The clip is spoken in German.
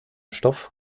stoff